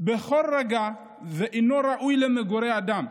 בכל רגע ואינו ראוי למגורי אדם.